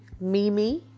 Mimi